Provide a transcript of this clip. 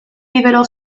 rivelò